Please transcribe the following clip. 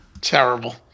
terrible